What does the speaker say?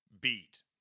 beat